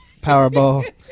Powerball